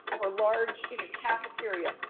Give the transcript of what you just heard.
or large, you know cafeteria.